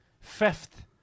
fifth